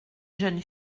jeune